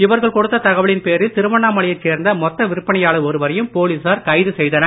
இவர்கள் கொடுத்த தகவலின் பேரில் திருவண்ணாமலை யைச் சேர்ந்த மொத்த விற்பனையாளர் ஒருவரையும் போலிசார் கைது செய்தனர்